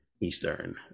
eastern